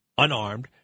unarmed